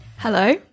Hello